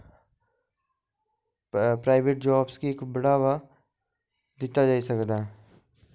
private jobs गी इक बढ़ावा दित्ता जाई सकदा